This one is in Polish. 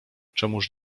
czemuż